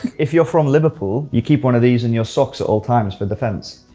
if you're from liverpool, you keep one of these in your socks all times, for defense.